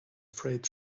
freight